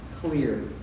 clear